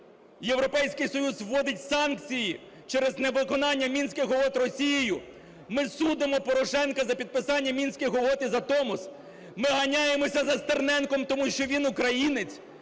Європейський Союз вводить санкції через невиконання Мінських угод Росією, ми судимо Порошенка за підписання Мінських угод і за Томос, ми ганяємося за Стерненком, тому що він українець.